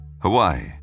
Hawaii